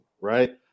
right